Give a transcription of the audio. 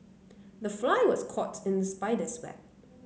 the fly was caught in the spider's web